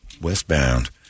westbound